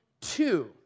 two